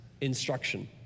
instruction